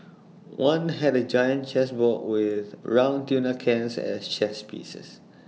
one had A giant chess board with round tuna cans as chess pieces